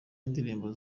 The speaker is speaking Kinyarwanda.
indirimbo